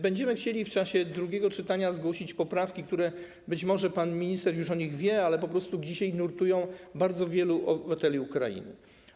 Będziemy chcieli w czasie drugiego czytania zgłosić poprawki, o których być może pan minister już wie, ale po prostu dzisiaj nurtują bardzo wielu obywateli Ukrainy.